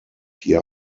hier